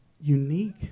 Unique